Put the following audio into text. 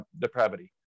depravity